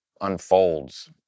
unfolds